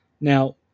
Now